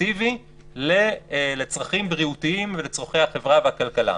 ואפקטיבי לצרכים בריאותיים ולצרכי החברה והכלכלה.